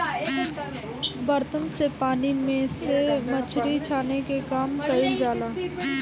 बर्तन से पानी में से मछरी छाने के काम कईल जाला